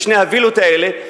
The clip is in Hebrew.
לשתי הווילות האלה,